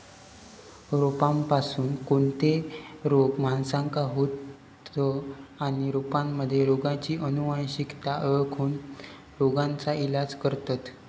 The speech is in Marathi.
रोपांपासून कोणते रोग माणसाका होतं आणि रोपांमध्ये रोगाची अनुवंशिकता ओळखोन रोगाचा इलाज करतत